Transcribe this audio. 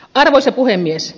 arvoisa puhemies